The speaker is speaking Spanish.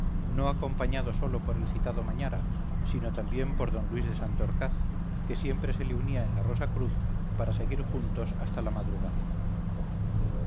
no acompañado sólo por el citado mañara sino también por d luis de santorcaz quesiempre se le unía en la rosa cruz para seguir juntos hasta la madrugada